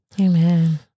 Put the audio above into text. Amen